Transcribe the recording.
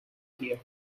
here